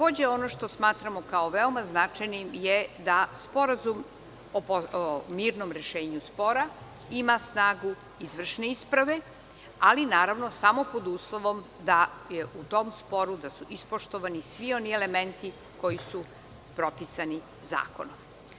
Ono što takođe smatramo kao veoma značajnim je da sporazum o mirnom rešenju spora ima snagu izvršne isprave, ali naravno samo pod uslovom da su u tom sporu ispoštovani svi oni elementi koji su propisani zakonom.